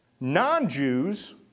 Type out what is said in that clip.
non-Jews